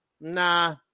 Nah